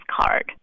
card